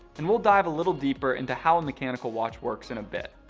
and we'll dive a little deeper into how a mechanical watch works in a bit.